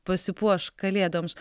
pasipuoš kalėdoms